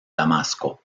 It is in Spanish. damasco